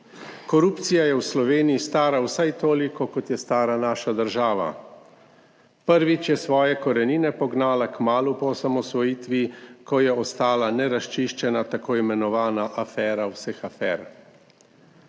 Korupcija je v Sloveniji stara vsaj toliko kot je stara naša država. Prvič je svoje korenine pognala kmalu po osamosvojitvi, ko je ostala nerazčiščena t. i. afera vseh afer.